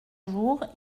jour